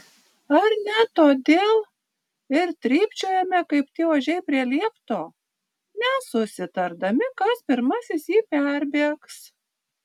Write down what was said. ar ne todėl ir trypčiojame kaip tie ožiai prie liepto nesusitardami kas pirmasis jį perbėgs